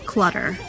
Clutter